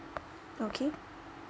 okay